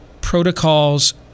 protocols